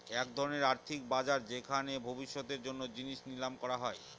এক ধরনের আর্থিক বাজার যেখানে ভবিষ্যতের জন্য জিনিস নিলাম করা হয়